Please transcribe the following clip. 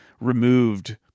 removed